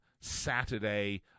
Saturday